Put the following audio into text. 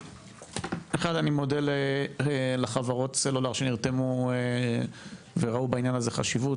אני מודה לחברות סלולר שנרתמו וראו בעניין הזה חשיבות.